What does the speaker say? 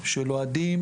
של אוהדים